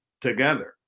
together